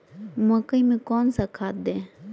मकई में कौन सा खाद दे?